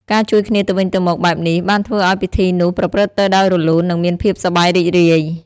ការជួយគ្នាទៅវិញទៅមកបែបនេះ បានធ្វើឱ្យពិធីនោះប្រព្រឹត្តទៅដោយរលូន និងមានភាពសប្បាយរីករាយ។